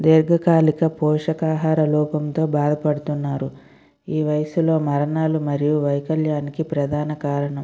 దీర్గకాలిక పోషకాహార లోపంతో బాధపడుతున్నారు ఈ వయుసులో మరణాలు మరియు వైకల్యానికి ప్రధాన కారణం